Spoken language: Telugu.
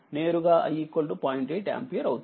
8 ఆంపియర్అవుతుంది